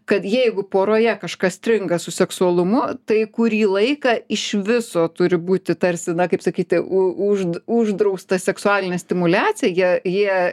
kad jeigu poroje kažkas stringa su seksualumu tai kurį laiką iš viso turi būti tarsi na kaip sakyti u užd uždrausta seksualinė stimuliacija jie jie